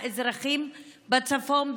שמשרתים כ-250,000 מהאזרחים בצפון,